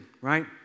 right